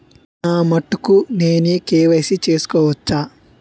నా మటుకు నేనే కే.వై.సీ చేసుకోవచ్చా?